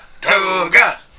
toga